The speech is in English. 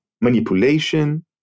manipulation